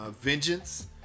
Vengeance